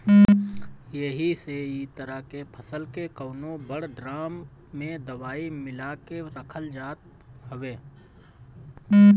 एही से इ तरह के फसल के कवनो बड़ ड्राम में दवाई मिला के रखल जात हवे